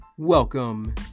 Welcome